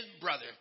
brother